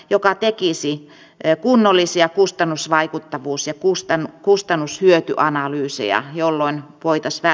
joka tekisi kunnollisia kustannusvaikuttavuus ja puusepän kustannushyöty analyyseja jolloin voitosta